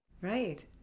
right